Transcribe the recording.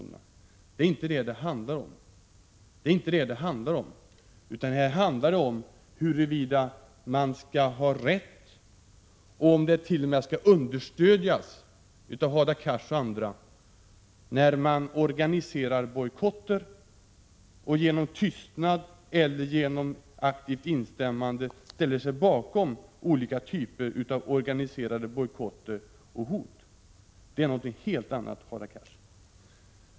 Men det är inte det som det handlar om, utan om huruvida man skall ha rätt att organisera bojkotter och om Hadar Cars och andra genom tystnad eller genom aktivt instämmande skall ställa sig bakom olika typer av organiserade bojkotter och hot. Det är något helt annat, Hadar Cars.